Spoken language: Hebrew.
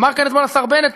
אמר כאן אתמול השר בנט,